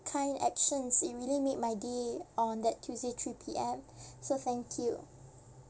kind actions it really made my day on that tuesday three P_M so thank you